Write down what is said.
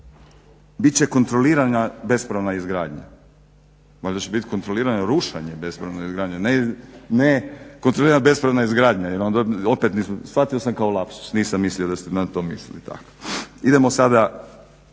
će kontrolirana bespravna izgradnja, valjda će biti kontrolirano rušenje bespravne izgradnje, ne kontrolirat bespravna izgradnja jer onda opet nisu, shvatio sam kao lapsus. Nisam mislio da ste to na to mislili tako. Idemo sada